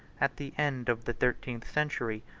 at the end of the thirteenth century,